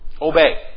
Obey